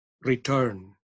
return